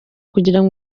kugira